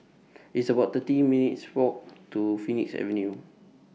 It's about thirty minutes' Walk to Phoenix Avenue